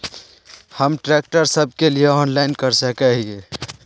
हम ट्रैक्टर सब के लिए ऑनलाइन कर सके हिये?